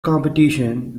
competition